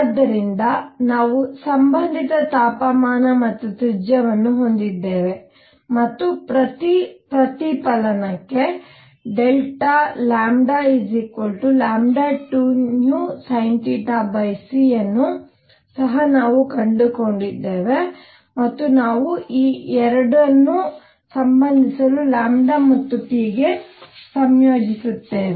ಆದ್ದರಿಂದ ನಾವು ಸಂಬಂಧಿತ ತಾಪಮಾನ ಮತ್ತು ತ್ರಿಜ್ಯವನ್ನು ಹೊಂದಿದ್ದೇವೆ ಮತ್ತು ಪ್ರತಿ ಪ್ರತಿಫಲನಕ್ಕೆ 2vsinθc ಅನ್ನು ಸಹ ನಾವು ಕಂಡುಕೊಂಡಿದ್ದೇವೆ ಮತ್ತು ನಾವು ಈ 2 ಅನ್ನು ಸಂಬಂಧಿಸಲು ಮತ್ತು t ಗೆ ಸಂಯೋಜಿಸುತ್ತೇವೆ